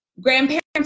grandparents